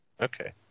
Okay